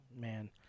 man